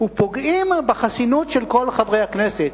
ופוגעים בחסינות של כל חברי הכנסת.